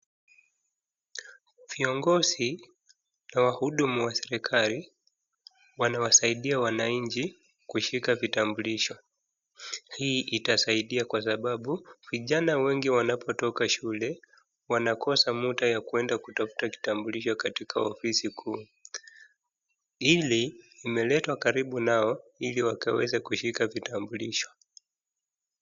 Viongozi na wahudumu wa serikali, wanawasaidia wananchi kushika kitambulisho. Hii itasaidia kwa sababu, vijana wengi wanapotoka shule, wanakosa muda wa kwenda kutafuta kitambulisho katika ofisi kuu. Hili imeletwa karibu nao ili waweze kushika kitambulisho.